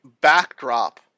backdrop